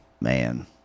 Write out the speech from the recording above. Man